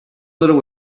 little